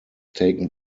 taken